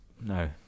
no